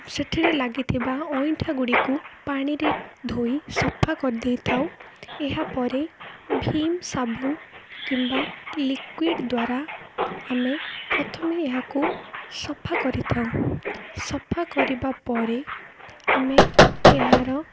ସେଥିରେ ଲାଗିଥିବା ଅଇଁଠା ଗୁଡ଼ିକୁ ପାଣିରେ ଧୋଇ ସଫା କରିଦେଇଥାଉ ଏହାପରେ ଭୀମ୍ ସାବୁନ କିମ୍ବା ଲିକ୍ୟୁଡ଼୍ ଦ୍ୱାରା ଆମେ ପ୍ରଥମେ ଏହାକୁ ସଫା କରିଥାଉ ସଫା କରିବା ପରେ ଆମେ ଏହାର